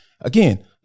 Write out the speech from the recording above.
again